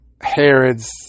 Herod's